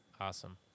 Awesome